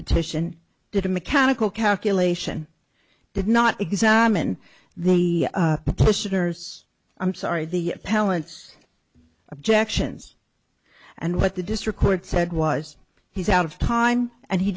petition did a mechanical calculation did not examined the listeners i'm sorry the appellant's objections and what the district court said was he's out of time and he